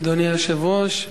אדוני היושב-ראש,